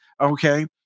Okay